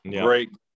great